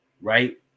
right